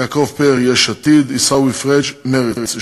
יעקב פרי, יש עתיד, עיסאווי פריג' מרצ.